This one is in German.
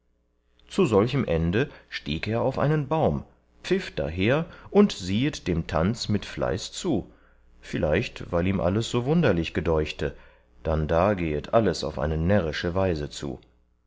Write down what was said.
zu solchem ende stieg er auf einen baum pfiff daher und siehet dem tanz mit fleiß zu vielleicht weil ihm alles so wunderlich gedeuchte dann da gehet alles auf eine närrische weise zu